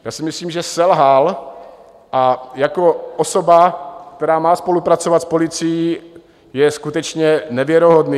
Já si myslím, že selhal, a jako osoba, která má spolupracovat s policií, je skutečně nevěrohodný.